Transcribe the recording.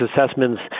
assessments